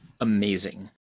amazing